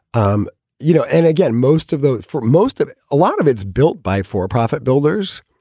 um you know, and again, most of those for most of a lot of it's built by for profit builders,